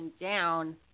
down